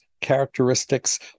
Characteristics